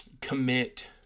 commit